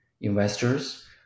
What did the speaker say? investors